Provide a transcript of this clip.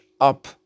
up